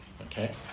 Okay